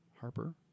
Harper